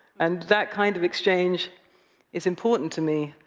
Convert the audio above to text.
and that kind of exchange is important to me.